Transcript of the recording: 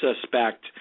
suspect